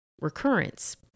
recurrence